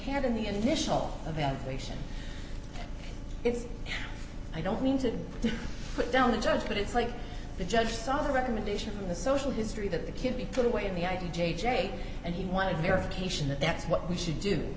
had in the initial of that nation it's i don't mean to put down the judge but it's like the judge saw a recommendation from the social history that the kid be put away in the id j j and he wanted verification that that's what we should do